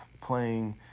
playing